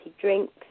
drinks